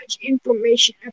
information